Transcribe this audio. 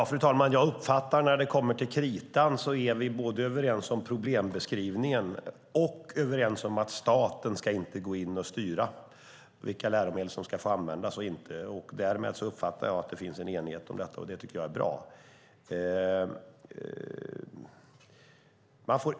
Fru talman! När det kommer till kritan uppfattar jag att vi både är överens om problembeskrivningen och om att staten inte ska gå in och styra vilka läromedel som ska få användas och inte. Därmed uppfattar jag att det finns en enighet om detta, och det tycker jag är bra.